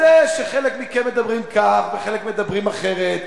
אז זה שחלק מכם מדברים כך וחלק מדברים אחרת,